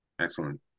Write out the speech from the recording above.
Excellent